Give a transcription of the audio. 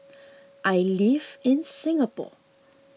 I live in Singapore